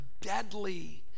deadly